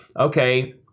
okay